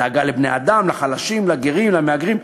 דאגה לבני-אדם, לחלשים, לגרים, למהגרים.